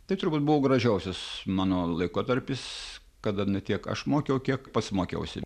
tai turbūt buvo gražiausias mano laikotarpis kada ne tiek aš mokiau kiek pats mokiausi